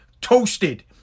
toasted